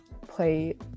play